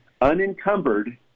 unencumbered